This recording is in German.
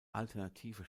alternative